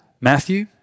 Matthew